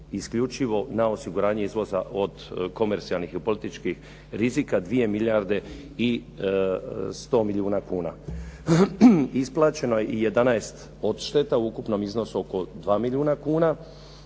isključivo na osiguranje izvoza od komercijalnih i političkih rizika 2 milijarde i 100 milijuna kuna. Isplaćeno je i 11 odšteta u ukupnom iznosu oko 2 milijuna kuna